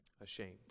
ashamed